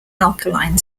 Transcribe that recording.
alkaline